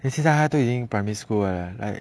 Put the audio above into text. then 他现在都已经 primary school eh like